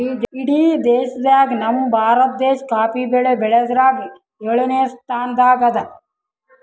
ಇಡೀ ಜಗತ್ತ್ನಾಗೆ ನಮ್ ಭಾರತ ದೇಶ್ ಕಾಫಿ ಬೆಳಿ ಬೆಳ್ಯಾದ್ರಾಗ್ ಯೋಳನೆ ಸ್ತಾನದಾಗ್ ಅದಾ